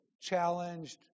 challenged